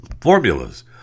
formulas